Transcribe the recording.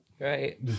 right